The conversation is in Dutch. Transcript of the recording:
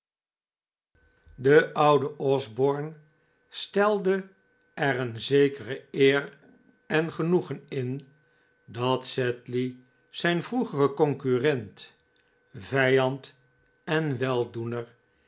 e oude osborne stelde er een zekere eer en genoegen in datsedley zijnvroegere p y v p concurrent vijand en weldoener